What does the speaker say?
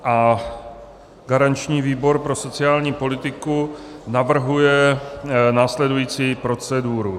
Garanční výbor pro sociální politiku navrhuje následující proceduru.